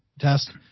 test